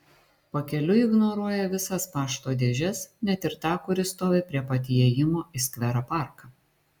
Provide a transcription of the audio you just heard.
pakeliui ignoruoja visas pašto dėžes net ir tą kuri stovi prie pat įėjimo į skverą parką